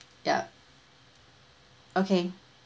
ya okay